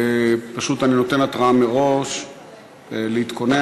פשוט אני נותן התראה מראש להתכונן.